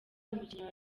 umukinnyi